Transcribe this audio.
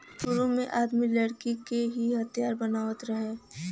सुरु में आदमी लकड़ी के ही हथियार बनावत रहे